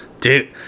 Dude